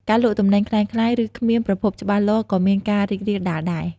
ការលក់ទំនិញក្លែងក្លាយឬគ្មានប្រភពច្បាស់លាស់ក៏មានការរីករាលដាលដែរ។